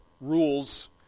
rules